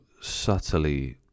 subtly